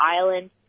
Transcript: island